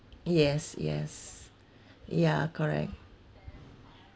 yes yes ya correct